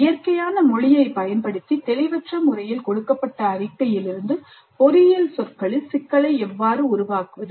இயற்கையான மொழியைப் பயன்படுத்தி தெளிவற்ற முறையில் கொடுக்கப்பட்ட அறிக்கையிலிருந்து பொறியியல் சொற்களில் சிக்கலை எவ்வாறு உருவாக்குவது